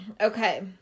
Okay